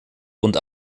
und